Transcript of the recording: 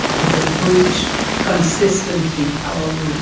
if they breach consistently our rules.